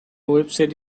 website